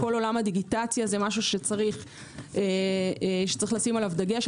כל עולם הדיגיטציה זה משהו שיש לשים עליו דגש.